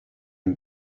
you